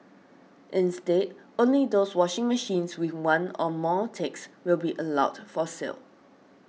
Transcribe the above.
instead only those washing machines with one or more ticks will be allowed for sale